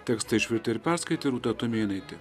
tekstą išvertė ir perskaitė rūta tumėnaitė